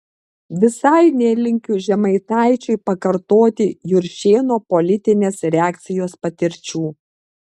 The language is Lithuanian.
visai nelinkiu žemaitaičiui pakartoti juršėno politinės reakcijos patirčių